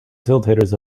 facilitators